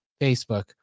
Facebook